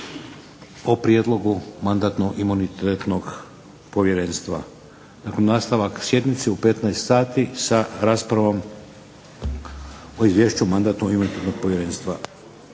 o prijedlogu Mandatno-imunitetnog povjerenstva. Dakle, nastavak sjednice u 15,00 sati sa raspravom o Izvješću Mandatnog-imunitetnog povjerenstva.